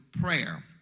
prayer